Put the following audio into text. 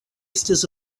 estis